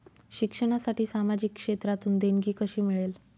शिक्षणासाठी सामाजिक क्षेत्रातून देणगी कशी मिळेल?